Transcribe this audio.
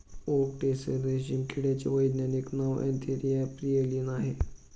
okay tasar रेशीम किड्याचे वैज्ञानिक नाव अँथेरिया प्रियलीन आहे